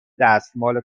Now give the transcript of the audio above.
دستمال